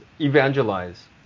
evangelize